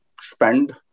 spend